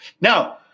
Now